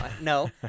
no